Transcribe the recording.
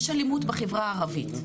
יש אלימות בחברה הערבית.